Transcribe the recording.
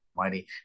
money